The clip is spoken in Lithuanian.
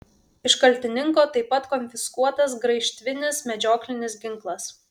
iš kaltininko taip pat konfiskuotas graižtvinis medžioklinis ginklas